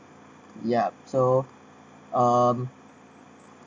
ya so mmhmm